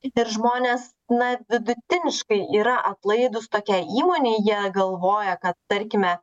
ir žmonės na vidutiniškai yra aplaidūs tokia įmonė jie galvoja kad tarkime